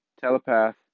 Telepath